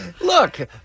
Look